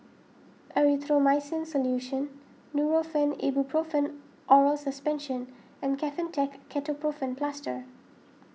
Erythroymycin Solution Nurofen Ibuprofen Oral Suspension and Kefentech Ketoprofen Plaster